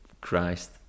Christ